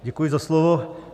Děkuji za slovo.